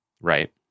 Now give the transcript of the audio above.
Right